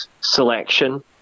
selection